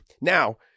Now